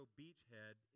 beachhead